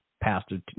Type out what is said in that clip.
Pastor